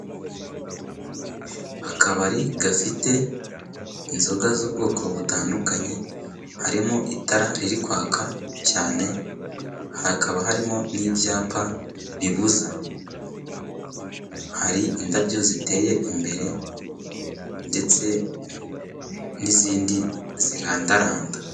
Akabari gafite inzoga z'ubwoko butandukanye, harimo itara riri kwaka cyane, hakaba harimo n'ibyapa, ribuza. Hari indabyo ziteye imbere, ndetse n'izindi zirandaranda.